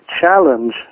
challenge